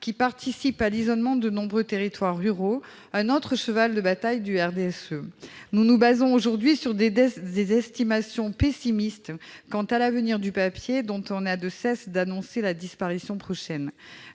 qui participent à l'isolement de nombreux territoires ruraux- autre cheval de bataille du RDSE. Nous nous fondons sur des estimations pessimistes quant à l'avenir du papier, dont on n'a de cesse d'annoncer la disparition prochaine.